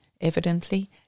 evidently